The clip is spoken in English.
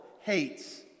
hates